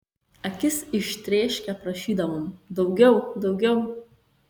akis ištrėškę prašydavom daugiau daugiau